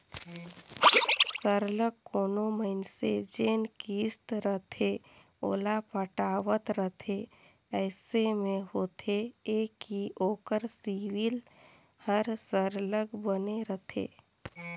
सरलग कोनो मइनसे जेन किस्त रहथे ओला पटावत रहथे अइसे में होथे ए कि ओकर सिविल हर सरलग बने रहथे